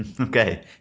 Okay